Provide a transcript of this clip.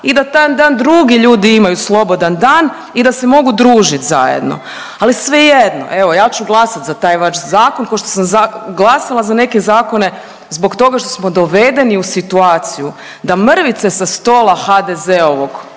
i da taj dan drugi ljudi imaju slobodan dan i da se mogu družiti zajedno. Ali svejedno, evo ja ću glasati za taj vaš zakon kao što sam glasala za neke zakone zbog toga što smo dovedeni u situaciju da mrvice sa stola HDZ-ovog